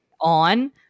on